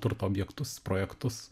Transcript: turto objektus projektus